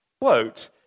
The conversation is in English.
Quote